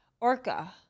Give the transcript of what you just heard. Orca